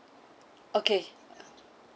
okay